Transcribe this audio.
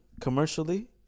commercially